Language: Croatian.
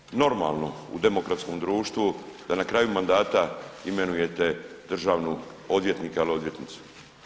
Da li je normalno u demokratskom društvu da na kraju mandata imenujete državnu odvjetnika ili odvjetnicu?